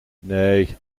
nee